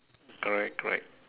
correct correct